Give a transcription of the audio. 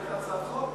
הגשת הצעת חוק?